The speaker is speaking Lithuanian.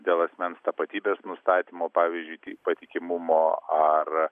dėl asmens tapatybės nustatymo pavyzdžiui patikimumo ar